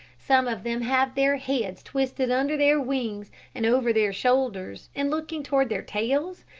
some of them have their heads twisted under their wings and over their shoulders, and looking toward their tails,